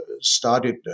started